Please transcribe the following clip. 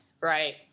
Right